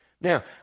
Now